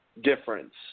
difference